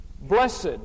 Blessed